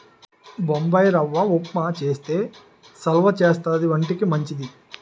బొంబాయిరవ్వ ఉప్మా చేస్తే సలవా చేస్తది వంటికి మంచిది